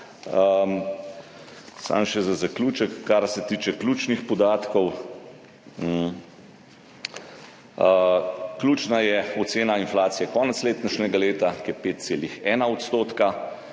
Samo še za zaključek, kar se tiče ključnih podatkov. Ključna je ocena inflacije konec letošnjega leta, ki je 5,1 %.